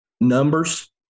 numbers